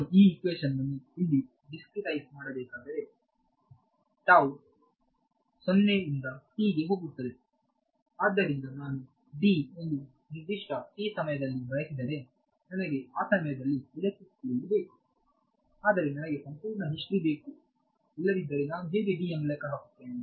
ನಾನು ಈ ಹಿಕ್ವಿಷನ್ ನ್ನು ಇಲ್ಲಿ ಡಿಸ್ಕ್ರಿಟೈಸ್ ಮಾಡಬೇಕಾದರೆ 0 ರಿಂದ t ಗೆ ಹೋಗುತ್ತದೆ ಆದ್ದರಿಂದ ನಾನು ಒಂದು ನಿರ್ದಿಷ್ಟ ಸಮಯದಲ್ಲಿ ಬಯಸಿದರೆ ನನಗೆ ಆ ಸಮಯದಲ್ಲಿ ಎಲೆಕ್ಟ್ರಿಕ್ ಫೀಲ್ಡ್ ಬೇಕು ಆದರೆ ನನಗೆ ಸಂಪೂರ್ಣ ಹಿಸ್ಟರಿ ಬೇಕು ಇಲ್ಲದಿದ್ದರೆ ನಾನು ಹೇಗೆ ಲೆಕ್ಕ ಹಾಕುತ್ತೇನೆ